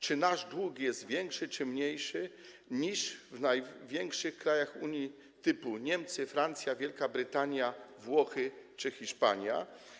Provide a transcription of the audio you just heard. Czy nasz dług jest większy, czy mniejszy niż w największych krajach Unii, typu Niemcy, Francja, Wielka Brytania, Włochy czy Hiszpania?